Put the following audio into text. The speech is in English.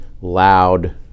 loud